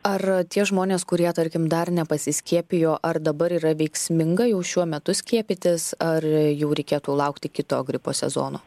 ar tie žmonės kurie tarkim dar nepasiskiepijo ar dabar yra veiksminga jau šiuo metu skiepytis ar jau reikėtų laukti kito gripo sezono